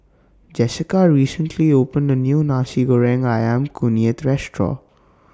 Jessica recently opened A New Nasi Goreng Ayam Kunyit Restaurant